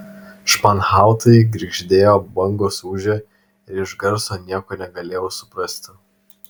španhautai girgždėjo bangos ūžė ir iš garso nieko negalėjau suprasti